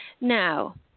Now